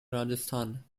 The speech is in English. rajasthan